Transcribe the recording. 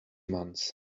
months